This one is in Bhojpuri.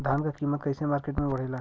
धान क कीमत कईसे मार्केट में बड़ेला?